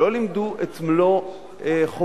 שלא לימדו את מלוא חובותיהם